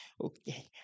Okay